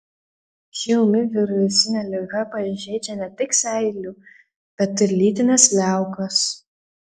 ši ūmi virusinė liga pažeidžia ne tik seilių bet ir lytines liaukas